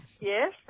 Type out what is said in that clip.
Yes